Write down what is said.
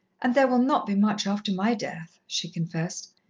and there will not be much after my death, she confessed.